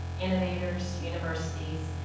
innovators universities,